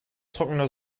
trockene